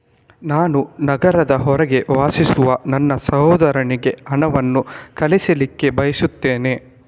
ನಾನು ನಗರದ ಹೊರಗೆ ವಾಸಿಸುವ ನನ್ನ ಸಹೋದರನಿಗೆ ಹಣವನ್ನು ಕಳಿಸ್ಲಿಕ್ಕೆ ಬಯಸ್ತೆನೆ